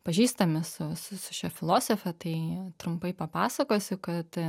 pažįstami su su šia filosofe tai trumpai papasakosiu kad